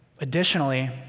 Additionally